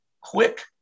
quick